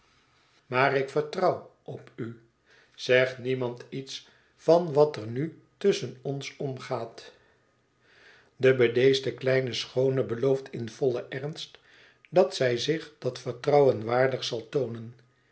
maar ik vertrouw op u zeg niemand iets van wat er nu tusschen ons omgaat de bedeesde kleine schoone belooft in vollen ernst dat zij zich dat vertrouwen waardig zal toonen